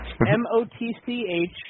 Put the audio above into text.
M-O-T-C-H